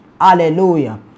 Hallelujah